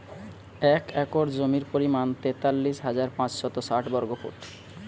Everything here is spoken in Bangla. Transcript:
এক একর জমির পরিমাণ তেতাল্লিশ হাজার পাঁচশত ষাট বর্গফুট